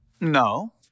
No